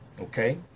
Okay